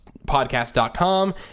podcast.com